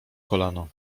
kolano